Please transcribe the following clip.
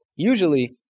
Usually